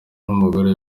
n’umugore